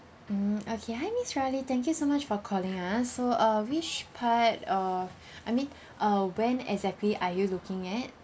mm okay hi miss riley thank you so much for calling us so uh which part of I mean uh when exactly are you looking at